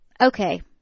okay